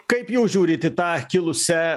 kaip jūs žiūrit į tą kilusią